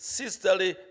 sisterly